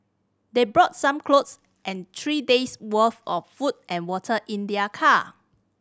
they brought some clothes and three days' worth of food and water in their car